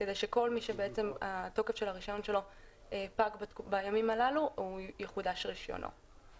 כדי שכל מי שבעצם שתוקף של הרישיון שלו פג בימים הללו יחודש רישיונו.